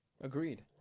Agreed